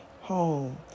home